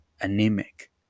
anemic